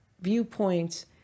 viewpoints